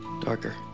darker